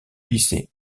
lycée